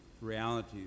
reality